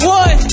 one